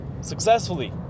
successfully